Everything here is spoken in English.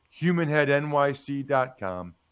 humanheadnyc.com